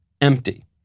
empty